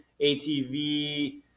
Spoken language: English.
ATV